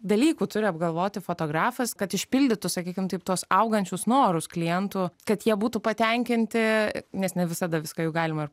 dalykų turi apgalvoti fotografas kad išpildytų sakykim taip tuos augančius norus klientų kad jie būtų patenkinti nes ne visada viską juk galima